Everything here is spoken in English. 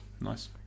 nice